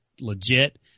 legit